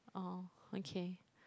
orh okay